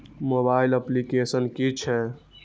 Mobile application कि छै?